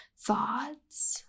thoughts